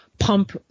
Pump